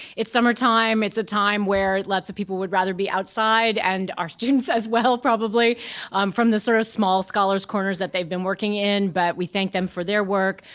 it's summertime, it's a time where lots of people would rather be outside and our students as well probably from the sort of small scholars corners that they've been working in, but we thank them for their work.